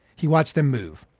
he watched them move,